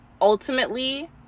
Ultimately